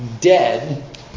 dead